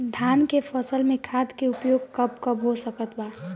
धान के फसल में खाद के उपयोग कब कब हो सकत बा?